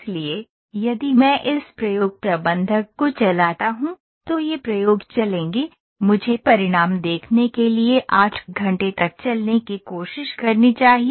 इसलिए यदि मैं इस प्रयोग प्रबंधक को चलाता हूं तो ये प्रयोग चलेंगे मुझे परिणाम देखने के लिए 8 घंटे तक चलने की कोशिश करनी चाहिए